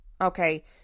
Okay